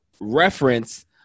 reference